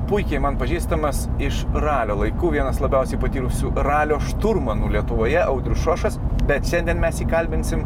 puikiai man pažįstamas iš ralio laikų vienas labiausiai patyrusių ralio šturmanų lietuvoje audrius šošas bet šiandien mes jį kalbinsim